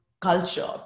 culture